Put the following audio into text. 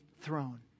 throne